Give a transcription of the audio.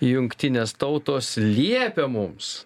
jungtinės tautos liepia mums